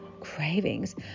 cravings